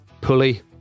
pulley